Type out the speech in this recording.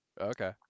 Okay